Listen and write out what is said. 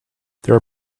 there